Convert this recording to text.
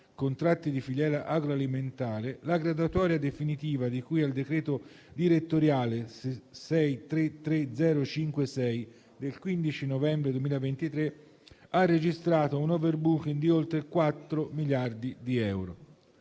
(contratti di filiera agroalimentare) la graduatoria definitiva di cui al decreto direttoriale n. 633056 del 15 novembre 2023 ha registrato un *overbooking* di oltre quattro miliardi di euro.